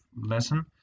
lesson